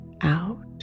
out